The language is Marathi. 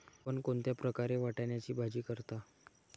आपण कोणत्या प्रकारे वाटाण्याची भाजी करता?